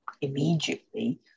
immediately